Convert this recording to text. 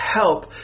help